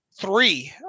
three